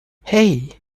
hey